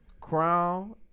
Crown